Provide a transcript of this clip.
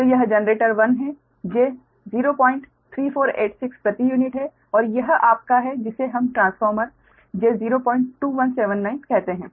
तो यह जनरेटर 1 है j03486 प्रति यूनिट है और यह आपका है जिसे हम ट्रांसफार्मर j02179 कहते हैं